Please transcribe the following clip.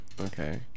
Okay